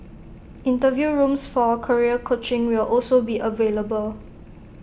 interview rooms for career coaching will also be available